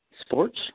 Sports